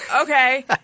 Okay